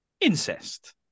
incest